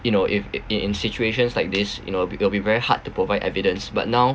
you know if in in situations like this you know will be very hard to provide evidence but now